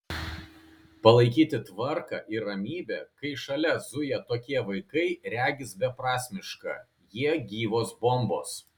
palaikyti tvarką ir ramybę kai šalia zuja tokie vaikai regis beprasmiška jie gyvos bombos